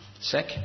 Sick